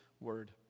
word